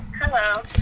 Hello